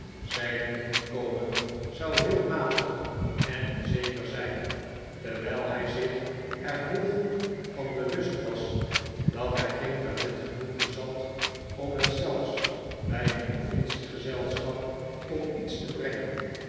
zijn inkomen zou heel matig en onzeker zijn terwijl hij zich er heel goed van bewust was dat hij geen talent genoeg bezat om het zelfs bij een provincie gezelschap tot iets te brengen